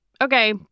okay